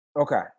Okay